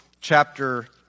chapter